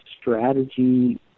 strategy